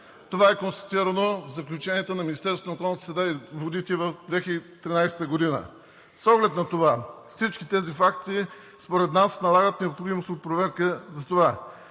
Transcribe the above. Това е констатирано в заключенията на Министерството на околната среда и водите през 2013 г. С оглед на това всички тези факти според нас налагат необходимост от проверка за това: